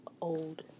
old